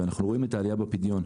ואנחנו רואים את העלייה בפדיון,